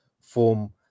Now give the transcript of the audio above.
form